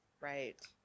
right